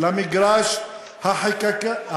הכדור למגרש החקיקתי,